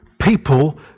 people